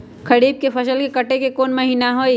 खरीफ के फसल के कटे के कोंन महिना हई?